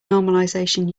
normalization